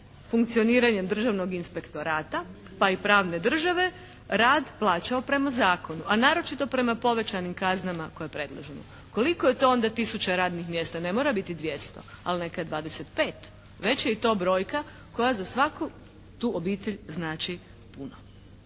funkcioniranje državnog inspektorata pa i pravne države, rad plaćao prema zakonu. A naročito prema povećanim kaznama koje predlažemo. Koliko je to onda tisuća radnih mjesta? Ne mora biti 200. Ali neka je 25. Već je i to brojka koja za svaku tu obitelj znači puno.